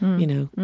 you know,